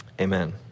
amen